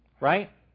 right